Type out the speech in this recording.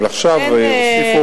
אבל עכשיו הוסיפו,